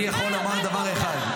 אני יכול לומר דבר אחד.